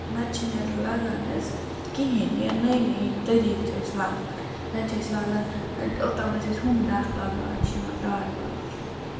نَتہٕ چھِ نہٕ لگان حظ کِہیٖنۍ یا نٔے نٔے یِم طٔریٖقہٕ چھِ أسۍ لاگان زَن چھِ أسۍ لاگان اوٚتام ٲسۍ أسۍ ہُم ڈَکھ لاگان اَز چھِ یِوان تارٕ وارٕ